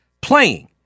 Playing